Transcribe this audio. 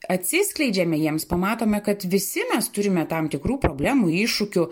atsiskleidžiame jiems pamatome kad visi mes turime tam tikrų problemų iššūkių